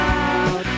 out